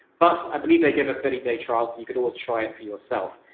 but i believe they give a thirty day trial. so you could always try it for yourself.